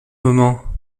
moment